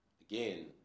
again